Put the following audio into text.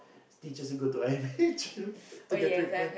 teachers to go I_M_H you know to get treatment